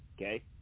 Okay